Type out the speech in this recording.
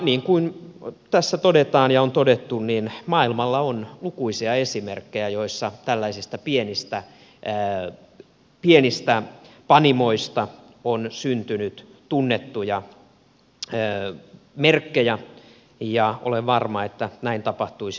niin kuin tässä todetaan ja on todettu maailmalla on lukuisia esimerkkejä joissa tällaisista pienistä panimoista on syntynyt tunnettuja merkkejä ja olen varma että näin tapahtuisi suomessakin